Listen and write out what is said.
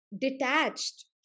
detached